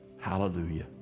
Hallelujah